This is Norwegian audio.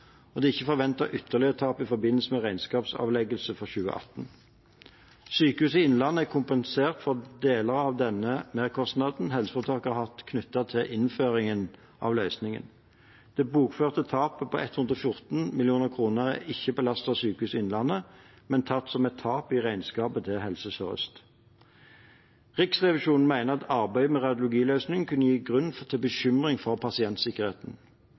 Det er ikke forventet ytterligere tap i forbindelse med regnskapsavleggelsen for 2018. Sykehuset Innlandet er kompensert for deler av den merkostnaden helseforetaket hadde knyttet til innføring av løsningen. Det bokførte tapet på 114 mill. kr er ikke belastet Sykehuset Innlandet, men tatt som et tap i regnskapet til Helse Sør-Øst. Riksrevisjonen mener at arbeidet med radiologiløsningen kunne gi grunn til bekymring for pasientsikkerheten.